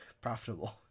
profitable